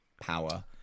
power